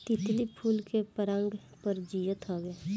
तितली फूल के पराग पर जियत हवे